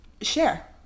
share